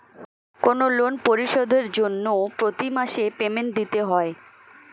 কোনো লোন পরিশোধের জন্য প্রতি মাসে পেমেন্ট দিতে হয়